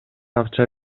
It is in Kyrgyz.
акча